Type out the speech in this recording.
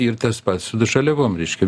ir tas pats su žaliavom reiškia